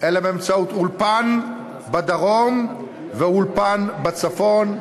אלא באמצעות אולפן בדרום ואולפן בצפון,